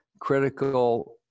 critical